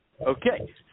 Okay